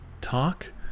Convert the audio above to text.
talk